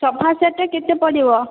sofa set କେତେ ପଡ଼ିବ